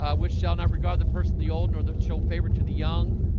ah which shall not regard the person the old northern show favor to the young.